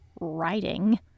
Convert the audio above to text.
writing